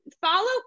follow